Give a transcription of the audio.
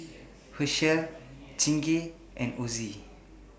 Herschel Chingay and Ozi